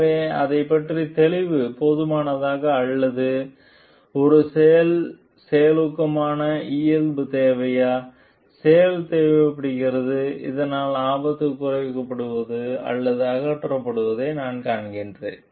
எனவே அதை பற்றிய தெளிவு போதுமானதா அல்லது ஒரு செயல் செயலூக்கமான இயல்பு தேவையா செயல் தேவைப்படுகிறது இதனால் ஆபத்து குறைக்கப்படுவதை அல்லது அகற்றப்படுவதை நான் காண்கிறேன்